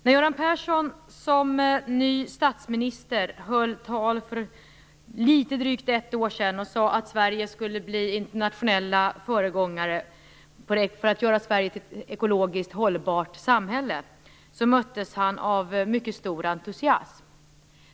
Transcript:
När Göran Persson för drygt ett år sedan i sitt tal som ny statsminister sade att Sverige skulle bli en internationell föregångare när det gäller att skapa ett ekologiskt hållbart samhälle möttes han av en mycket stor entusiasm.